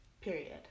Period